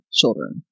children